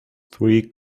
three